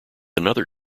another